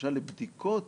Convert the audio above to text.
למשל בדיקות